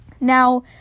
Now